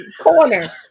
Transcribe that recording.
corner